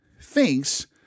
thinks